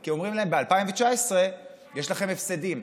כי אומרים להם: ב-2019 יש לכם הפסדים.